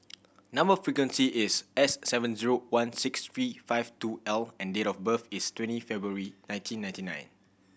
number sequence is S seven zero one six three five two L and date of birth is twenty February nineteen ninety nine